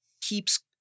keeps